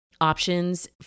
options